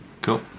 Cool